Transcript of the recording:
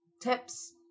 tips